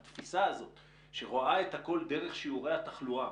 כל התפיסה הזו שרואה את הכול דרך שיעורי התחלואה,